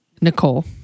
Nicole